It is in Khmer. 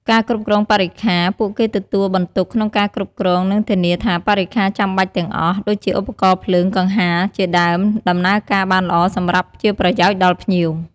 ការប្រមូល និងចាត់ចែងអំណោយ ពុទ្ធបរិស័ទជួយក្នុងការប្រមូល និងចាត់ចែងអំណោយផ្សេងៗដែលភ្ញៀវបាននាំយកមក ដើម្បីបូជាព្រះសង្ឃ ឬចូលរួមចំណែកក្នុងពិធីបុណ្យ។